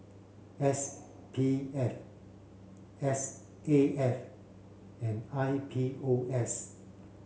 S P F S A F and I P O S